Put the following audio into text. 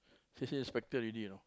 safety inspector already you know